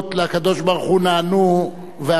ואתה נהיית יושב-ראש הוועדה,